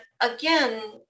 again